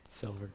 Silver